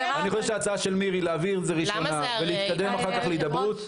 אני חושב שההצעה של מירי להעביר בראשונה ולהתקדם אחר כך להידברות,